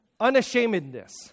unashamedness